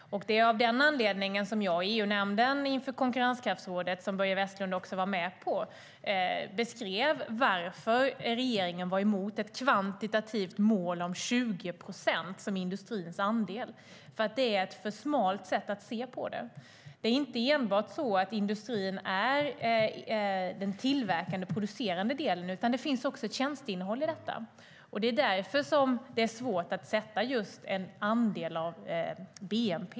Det är av den anledningen som jag i EU-nämnden inför konkurrenskraftsrådet, då Börje Vestlund var med, beskrev varför regeringen var emot ett kvantitativt mål om 20 procent som industrins andel. Det är ett alltför smalt sätt att se på det. Industrin är inte enbart den tillverkande och producerande delen. Det finns också ett tjänsteinnehåll i detta. Det är därför det är svårt att sätta upp en andel av bnp.